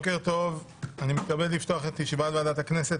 בוקר טוב, אני מתכבד לפתוח את ישיבת ועדת הכנסת.